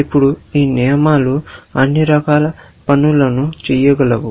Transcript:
ఇప్పుడు ఈ నియమాలు అన్ని రకాల పనులను చేయగలవు